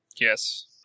Yes